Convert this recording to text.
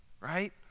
right